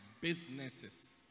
businesses